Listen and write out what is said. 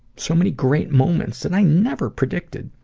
so many great moments that i never predicted,